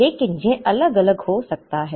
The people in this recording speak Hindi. लेकिन यह अलग अलग हो सकता है